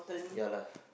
ya lah